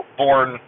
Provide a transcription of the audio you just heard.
born